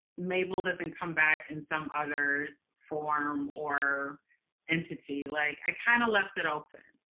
mabel doesn't come back in some other form or entity, like i kind of left it open.